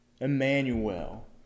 Emmanuel